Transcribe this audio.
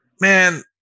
man